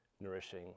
nourishing